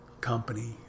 company